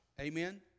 Amen